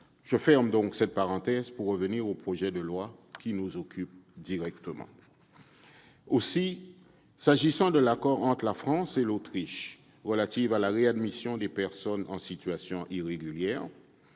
je ferme cette parenthèse, pour en revenir au projet de loi qui nous occupe directement. S'agissant de l'accord entre la France et l'Autriche relatif à la réadmission des personnes en situation irrégulière,